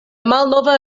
malnova